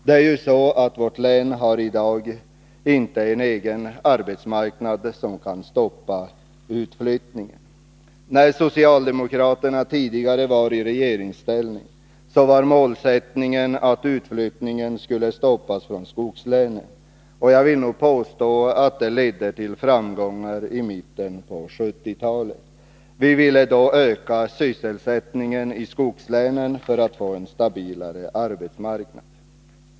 Det är ju så att vårt län i dag inte har en egen arbetsmarknad som kan stoppa utflyttningen. När socialdemokraterna tidigare var i regeringsställning var målsättningen att utflyttningen från skogslänen skulle stoppas. Jag vill påstå att det ledde till framgångar i mitten på 1970-talet. Vi ville då öka sysselsättningen i skogslänen för att få en stabilare arbetsmarknad.